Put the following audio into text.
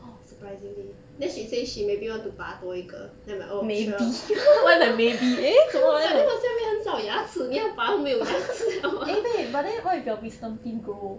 surprisingly then she say she maybe want to 拔多一个 then I'm like oh sure but then 我这边很少牙齿你要拔就没有牙齿了 ah